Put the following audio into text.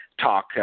talk